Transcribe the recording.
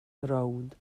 rownd